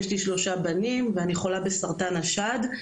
יש לי שלושה בנים ואני חולה בסרטן השד,